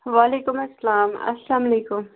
وَعلیکُم اَسَلام اَسَلام علیکُم